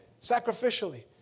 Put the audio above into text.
Sacrificially